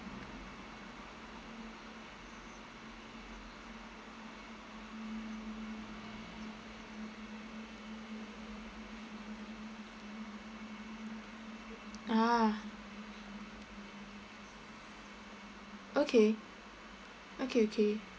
ah okay okay okay